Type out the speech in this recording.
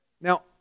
Now